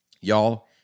Y'all